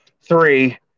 three